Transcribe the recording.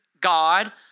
God